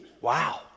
Wow